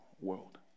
world